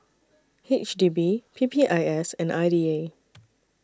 H D B P P I S and I D A